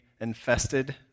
infested